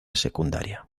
secundaria